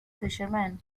fisherman